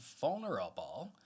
vulnerable